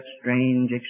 strange